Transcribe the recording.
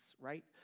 right